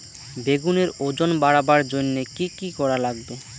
বেগুনের ওজন বাড়াবার জইন্যে কি কি করা লাগবে?